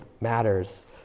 matters